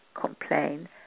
complain